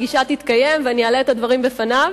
הפגישה תתקיים, ואני אעלה את הדברים בפניו.